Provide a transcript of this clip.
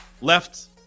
left